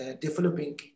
developing